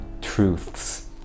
truths